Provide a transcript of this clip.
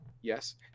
yes